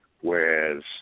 Whereas